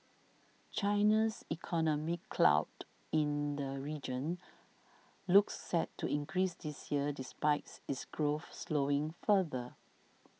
China's economic clout in the region looks set to increase this year despite its growth slowing further